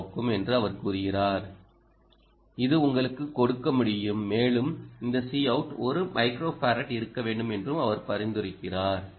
ஓ ஆகும் என்று அவர் கூறுகிறார் இது உங்களுக்கு கொடுக்க முடியும் மேலும் இந்த Cout 1 மைக்ரோஃபாரட் இருக்க வேண்டும் என்றும் அவர் பரிந்துரைக்கிறார்